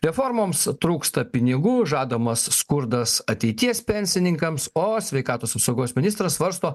reformoms trūksta pinigų žadamas skurdas ateities pensininkams o sveikatos apsaugos ministras svarsto